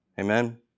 Amen